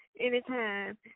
anytime